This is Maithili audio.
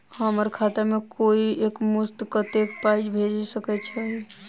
हम्मर खाता मे कोइ एक मुस्त कत्तेक पाई भेजि सकय छई?